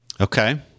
Okay